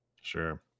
Sure